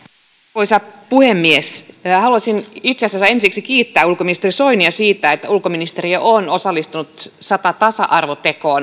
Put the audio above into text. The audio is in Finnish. arvoisa puhemies haluaisin itse asiassa ensiksi kiittää ulkoministeri soinia siitä että ulkoministeriö on osallistunut sata tasa arvotekoa